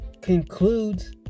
concludes